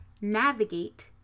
navigate